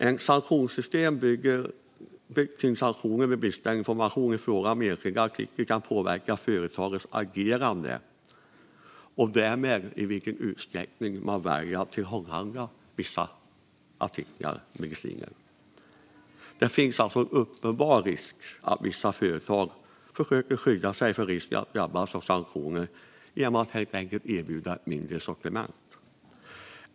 Ett sanktionssystem byggt kring sanktioner vid bristande information i fråga om enskilda artiklar kan påverka företagens agerande och därmed i vilken utsträckning de väljer att tillhandahålla vissa av dessa artiklar och mediciner. Det finns alltså en uppenbar risk att vissa företag försöker skydda sig från risken att drabbas av sanktioner genom att helt enkelt erbjuda ett mindre sortiment.